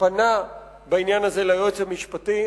פנה בעניין הזה ליועץ המשפטי.